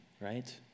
right